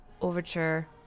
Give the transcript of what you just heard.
Overture